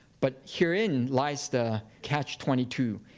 but herein lies the catch twenty two.